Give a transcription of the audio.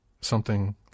Something